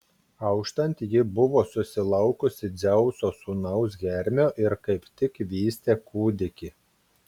auštant ji buvo susilaukusi dzeuso sūnaus hermio ir kaip tik vystė kūdikį